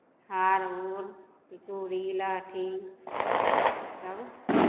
हार उर चूड़ी लहठी इसभ